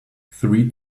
three